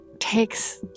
takes